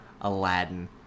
Aladdin